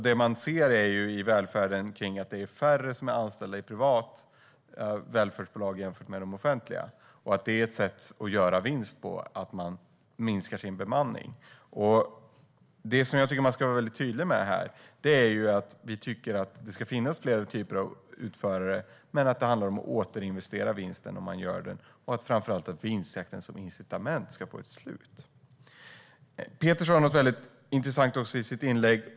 Det man ser i välfärden är att det är färre som är anställda i privata välfärdsbolag än i de offentliga och att det är ett sätt att göra vinst att minska sin bemanning. Det som jag vill vara tydlig med här är att vi tycker att det ska finnas flera typer av utförare, men att det handlar om att återinvestera eventuell vinst och framför allt att vinstjakten som incitament ska få ett slut. Peter sa också något väldigt intressant i sitt inlägg.